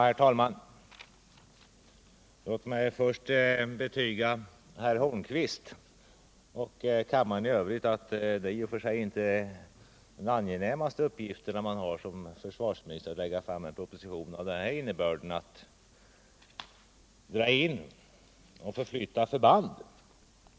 Herr talman! Låt mig först inför herr Holmqvist och kammarens ledamöter i övrigt betyga att det i och för sig inte tillhör en försvarsministers angenämaste uppgifter att lägga fram en proposition med innebörden att dra in och förflytta förband.